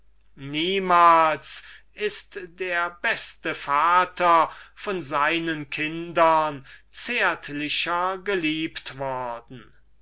niemals ist der beste vater von seinen kindern zärtlicher geliebt worden